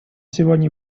сегодня